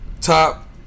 Top